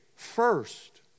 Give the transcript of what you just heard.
First